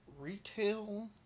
retail